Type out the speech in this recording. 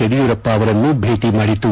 ಯಡಿಯೂರಪ್ಪ ಅವರನ್ನು ಭೇಟ ಮಾಡಿತು